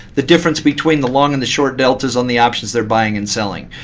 the difference between the long and the short delta is on the options they're buying and selling.